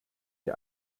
die